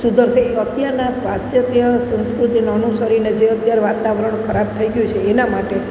સુધરશે અત્યારનાં પાશ્ચાત્ય સંસ્કૃતિને અનુસરીને જે અત્યારે વાતાવરણ ખરાબ થઈ ગયું છે એના માટે